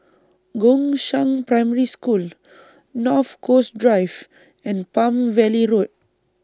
Gongshang Primary School North Coast Drive and Palm Valley Road